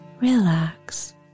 relax